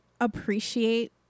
appreciate